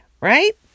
right